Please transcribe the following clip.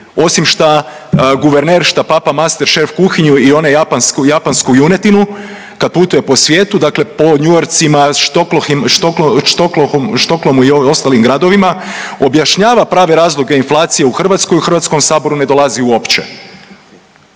osim šta guverner šta papa masterchef kuhinju i one japanske, japansku junetinu kad putuje po svijetu, dakle po New Yorkcima, .../nerazumljivo/... Stockholmu i ovim ostalim gradovima, objašnjava prave razloge inflacije u Hrvatskoj, u HS-u ne dolazi uopće.